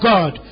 God